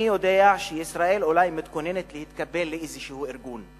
אני יודע שישראל אולי מתכוננת להתקבל לאיזה ארגון,